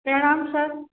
प्रणाम सर